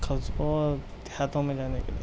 قصبوں اور دیہاتوں میں جانے کے لیے